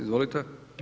Izvolite.